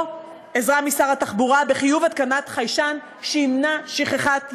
או עזרה משר התחבורה בחיוב התקנת חיישן שימנע שכחת ילדים.